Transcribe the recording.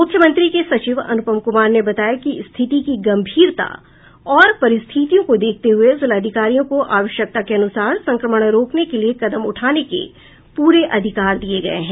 मुख्यमंत्री के सचिव अनुपम कुमार ने बताया कि स्थिति की गंभीरता और परिस्थितियों को देखते हुए जिलाधिकारियों को आवश्यकता के अनुसार संक्रमण रोकने के लिए कदम उठाने के पूरे अधिकार दिये गये हैं